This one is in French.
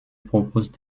propose